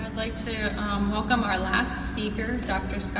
like to welcome our last speaker, dr.